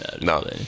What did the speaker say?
No